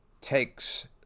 takes